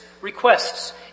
requests